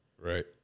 right